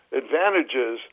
advantages